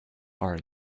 are